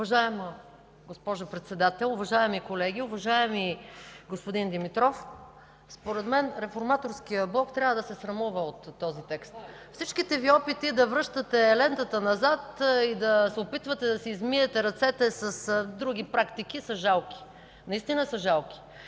Уважаема госпожо Председател, уважаеми колеги! Уважаеми господин Димитров, според мен Реформаторският блок трябва да се срамува от този текст. Всичките Ви опити да връщате лентата назад и да се опитвате да си измиете ръцете с други практики са жалки, наистина са жалки!